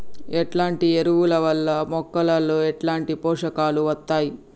ఎట్లాంటి ఎరువుల వల్ల మొక్కలలో ఎట్లాంటి పోషకాలు వత్తయ్?